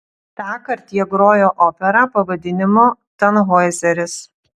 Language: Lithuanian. tąkart jie grojo operą pavadinimu tanhoizeris